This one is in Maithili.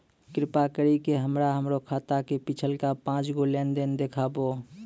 कृपा करि के हमरा हमरो खाता के पिछलका पांच गो लेन देन देखाबो